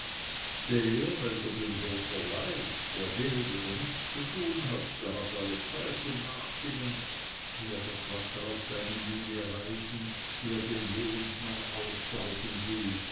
der welcher den hof verleiht der wenig oder nichts zu tun hat der hat alle zeit zum nachsinnen wie er das wasser auf seine mühle reisen wie er den lehenmann aussaugen will